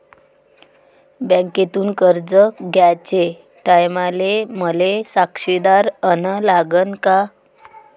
बँकेतून कर्ज घ्याचे टायमाले मले साक्षीदार अन लागन का?